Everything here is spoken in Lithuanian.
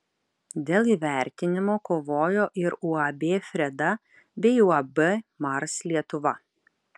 dėl įvertinimo kovojo ir uab freda bei uab mars lietuva